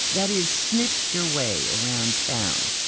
that is, sniffed your way around town?